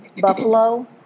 buffalo